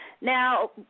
Now